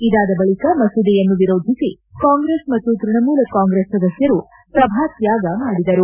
ಇದಾದ ಬಳಿಕ ಮಸೂದೆಯನ್ನು ವಿರೋಧಿಸಿ ಕಾಂಗ್ರೆಸ್ ಮತ್ತು ತ್ಯಣಮೂಲ ಕಾಂಗ್ರೆಸ್ ಸದಸ್ಟರು ಸಭಾತ್ಯಾಗ ಮಾಡಿದರು